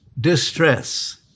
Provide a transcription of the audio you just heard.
distress